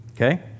Okay